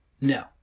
No